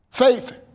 faith